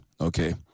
Okay